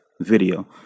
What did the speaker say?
video